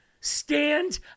Stand